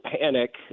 panic